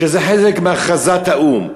שזה חלק מהכרזת האו"ם,